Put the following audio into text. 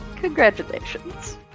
Congratulations